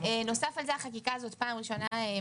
מספר החולים שיכולים להיות מטופלים באשפוזי בית הם